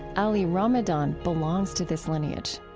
ah allee ramadan belongs to this lineage